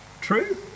True